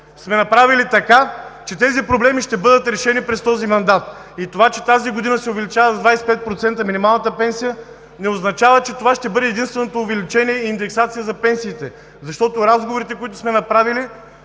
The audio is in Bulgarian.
сме направили така, че тези проблеми ще бъдат решени през този мандат. И това, че тази година се увеличава с 25% минималната пенсия, не означава, че това ще бъде единственото увеличение и индексация за пенсиите. След разговорите, които сме провели,